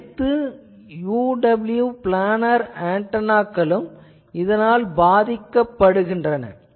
அதாவது அனைத்து UWB planar ஆன்டெனாக்களும் இதனால் பாதிக்கப்படுகின்றன